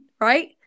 right